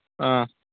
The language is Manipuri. ꯑꯥ